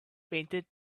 painted